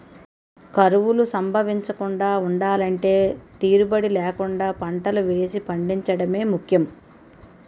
కరువులు సంభవించకుండా ఉండలంటే తీరుబడీ లేకుండా పంటలు వేసి పండించడమే ముఖ్యం